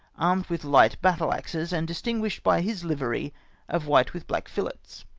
armed with light battle axes, and distinguished by his livery of white with black fillets.